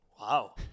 Wow